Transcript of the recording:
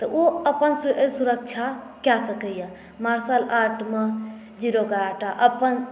ओ अपन सुरक्षा कऽ सकैए मार्शल आर्टमे जूडो कराटा अपन